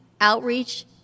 outreach